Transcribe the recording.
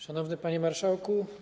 Szanowny Panie Marszałku!